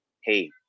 Hey